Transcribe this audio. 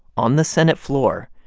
on the senate floor,